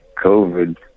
COVID